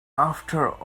after